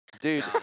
Dude